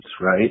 right